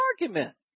argument